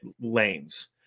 lanes